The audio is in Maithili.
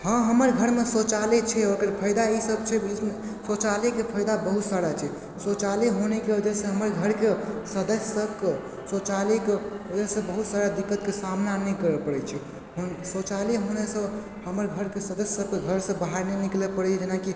हँ हमर घरमे शौचालय छै ओकर फायदा इसब छै बीचमे शौचालयके फायदा बहुत सारा छै शौचालय होनेके वजहसँ हमर घरके सदस्य सबके शौचालयके वजहसँ बहुत सारा दिक्कतके सामना नहि करऽ पड़य छै होन शौचालय होनेसँ हमर घरके सदस्य सबके घरसँ बाहर नहि निकलऽ पड़इए जेना कि